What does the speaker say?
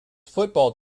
football